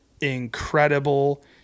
incredible